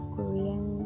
Korean